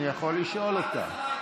אני יכול לשאול אותה.